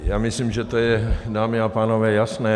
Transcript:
Já myslím, že to je, dámy a pánové, jasné.